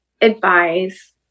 advise